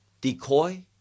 decoy